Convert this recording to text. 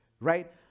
right